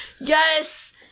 Yes